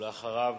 ואחריו